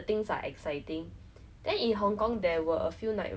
the first day we have to lug all our luggages all the way out